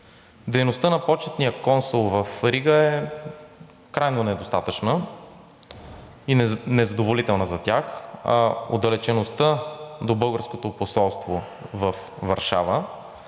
дейността на почетния консул в Рига е крайно недостатъчна и незадоволителна за тях, а отдалечеността до българското посолство във Варшава